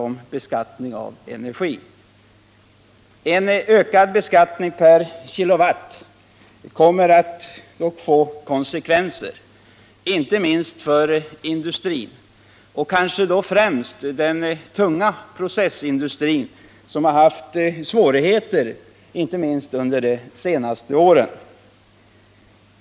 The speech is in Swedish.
Den föreslagna ökningen av skatten per kilowattimme kommer att få konsekvenser, inte minst för industrin och kanske främst för den tunga processindustrin, som haft svårigheter under de senaste åren.